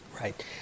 Right